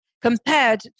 compared